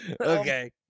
Okay